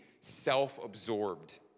self-absorbed